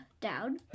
down